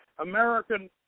American